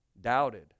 doubted